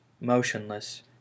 motionless